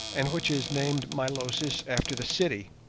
and which is named milosis after the city,